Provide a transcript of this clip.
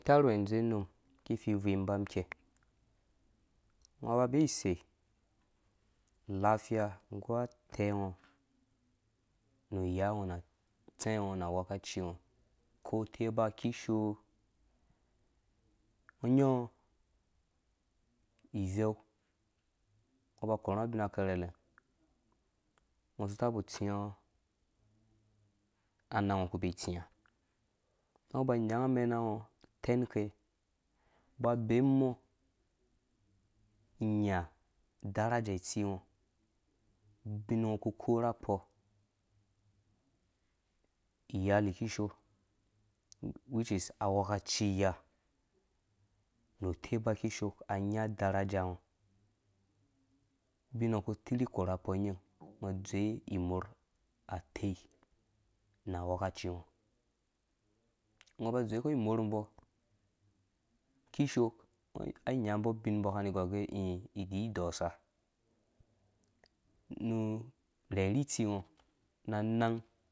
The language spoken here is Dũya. Tarh uwe dzowe cenam ki vii buui bamum kei ngɔ ba be ise i lafiya nggu utɛ ngo nu iya ngɔ nu utsɛ ngɔ na wekaci ngɔ ko teba kishoo ngɔ nya ngɔ iveu ngɔ ba korhe ngɔ abina karhe ngɔ si tab tsin, anang ngɔ ku be tsĩ nga ngɔ ba nyanga amɛna ngɔ tɛn ke ba bemu ngɔ anang ngɔ ku be tsĩ nga ngɔ ba nyanga amɛna ngɔ ke ba bemu ngɔ kya da daraja itsi ngo ubin ngɔ ku koorha kpɔ iyali kishoo which is awekaci iyaha nu teba kishoo anya daraja ngɔ ubin ngɔ ku tirhi korha kpɔnyin ngɔ ubin ngɔ ku tirhi korha kpɔ nyin ngɔ dzowe imorh a tei na wekacin gɔ ngɔ ba dzowe kɔ morh mbɔ kishoo ainya mbɛ ubin mbɔ kani i diosa nu rherhi itsingɔ na nang.